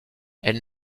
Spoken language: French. elle